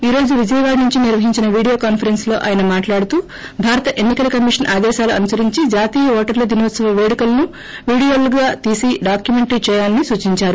ఈ రోజు విజయవాడ నుంచి నిర్వహించిన వీడియోకాన్సరెన్స్ లో ఆయన మాట్లాడుతూ భారత ఎన్ని కల కమిషన్ ఆదేశాల అనుసరించి జాతీయ ఓటర్ల దినోత్సవ పేడుకలకు వీడియోలను తీసి డాక్యుమెంటరీ చేయాలని సూచించారు